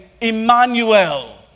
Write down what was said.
Emmanuel